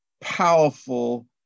powerful